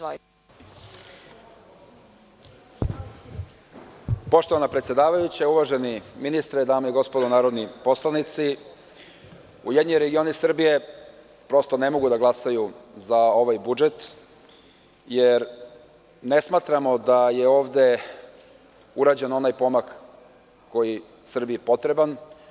Poštovana predsedavajuća, uvaženi ministre, dame i gospodo narodni poslanici, URS ne može da glasa za ovaj budžet, jer ne smatramo da je ovde urađen onaj pomak koji je Srbiji potreban.